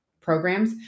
programs